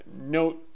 note